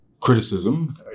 criticism